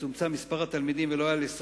יצומצם מספר התלמידים ולא יעלה על 20